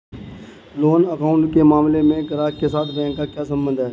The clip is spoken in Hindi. लोन अकाउंट के मामले में ग्राहक के साथ बैंक का क्या संबंध है?